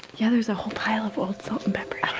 yeah there's a whole pile of old salt and pepper